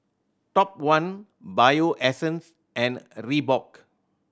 Top One Bio Essence and Reebok